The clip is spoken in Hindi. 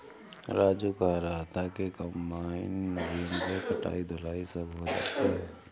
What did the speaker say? राजू कह रहा था कि कंबाइन मशीन से कटाई धुलाई सब हो जाती है